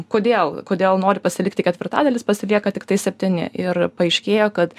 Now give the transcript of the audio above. kodėl kodėl nori pasilikti ketvirtadalis pasilieka tiktai septyni ir paaiškėjo kad